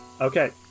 Okay